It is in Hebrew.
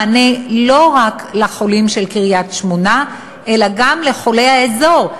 מענה לא רק לחולים של קריית-שמונה אלא גם לחולי האזור.